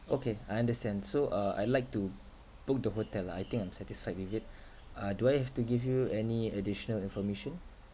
okay I understand so uh I'd like to book the hotel lah I think I'm satisfied with it uh do I have to give you any additional information